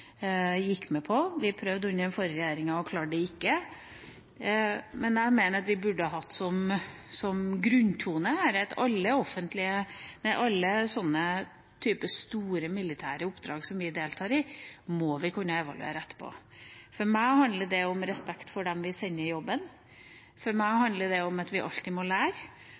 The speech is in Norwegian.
gikk med på det. Vi prøvde under den forrige regjeringa og klarte det ikke. Jeg mener vi burde hatt som grunntone her at alle sånne store militære oppdrag som vi deltar i, må vi kunne evaluere etterpå. For meg handler det om respekt for dem vi sender i jobben. For meg handler det om at vi alltid må lære,